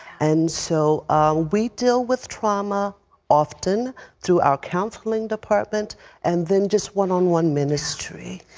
and so we deal with trauma often through our counseling department and then just one on one ministry.